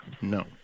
No